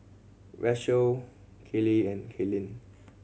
Rachelle Kelley and Caitlynn